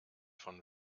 von